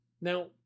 Now